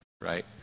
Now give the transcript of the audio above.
right